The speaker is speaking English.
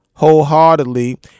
wholeheartedly